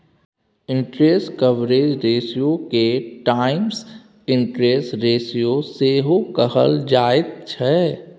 interest coverage रेशियोके times interest ratio सेहो कहल जाइत छै